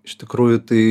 iš tikrųjų tai